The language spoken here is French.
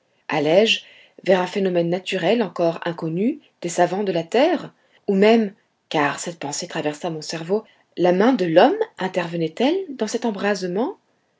allais-je vers un phénomène naturel encore inconnu des savants de la terre ou même car cette pensée traversa mon cerveau la main de l'homme intervenait elle dans cet embrasement